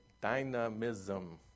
dynamism